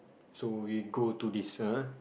so we go to this ah